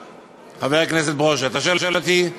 חבר הכנסת ברושי, אתה שואל אותי,